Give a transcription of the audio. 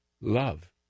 love